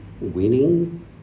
winning